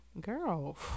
girl